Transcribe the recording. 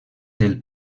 del